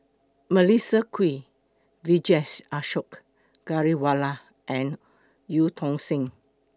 Melissa Kwee Vijesh Ashok Ghariwala and EU Tong Sen